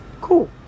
Cool